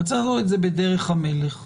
אבל צריך לעבור את זה בדרך המלך ואז,